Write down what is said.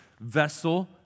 vessel